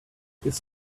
this